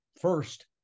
first